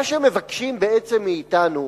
מה שמבקשים בעצם מאתנו